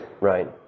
Right